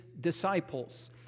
disciples